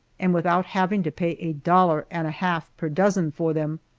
and without having to pay a dollar and a half per dozen for them.